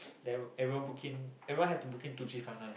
then ev~ everyone book in everyone have to book in two three five nine